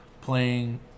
playing